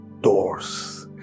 doors